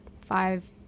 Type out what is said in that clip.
five